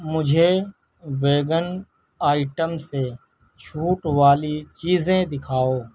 مجھے vegan item سے چھوٹ والی چیزیں دکھاؤ